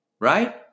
right